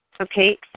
Okay